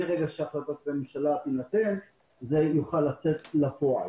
וברגע שהחלטת הממשלה תינתן זה יוכל לצאת לפועל.